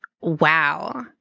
wow